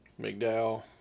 McDowell